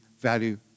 value